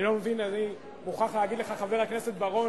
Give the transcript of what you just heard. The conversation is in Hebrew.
אני מוכרח להגיד לך, חבר הכנסת בר-און,